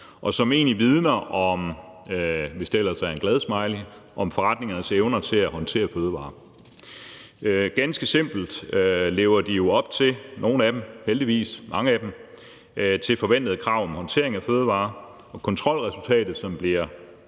smiley, forretningens evne til at håndtere fødevarer. Mange af dem lever jo heldigvis op til de opstillede krav til håndtering af fødevarer, og kontrolresultatet, som bliver